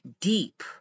deep